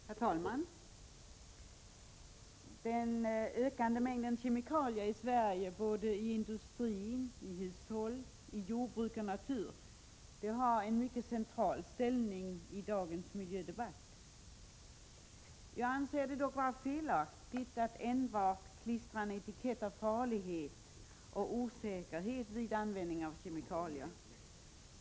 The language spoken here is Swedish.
Herr talman! Den ökande mängden kemikalier i Sverige, i både industri, hushåll, jordbruk och natur, har en mycket central ställning i dagens miljödebatt. Jag anser det dock felaktigt att enbart klistra en etikett av farlighet och osäkerhet på användning av kemikalier.